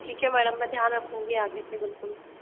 ठीक है मैडम मैं ध्यान रखूंगी आगे से बिल्कुल